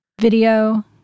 Video